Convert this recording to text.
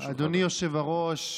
אדוני היושב-ראש,